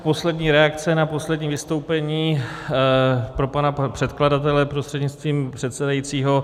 Poslední reakce na poslední vystoupení pro pana předkladatele, prostřednictvím předsedajícího.